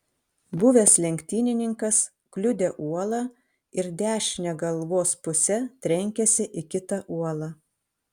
buvęs lenktynininkas kliudė uolą ir dešine galvos puse trenkėsi į kitą uolą